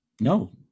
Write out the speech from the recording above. no